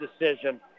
decision